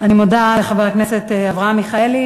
אני מודה לחבר הכנסת אברהם מיכאלי.